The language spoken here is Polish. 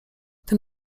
ten